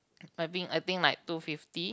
I think I think like two fifty